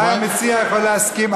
אולי המציע יכול להסכים.